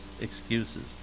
excuses